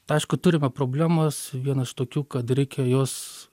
tai aišku turime problemas viena iš tokių kad reikia jos